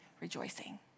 rejoicing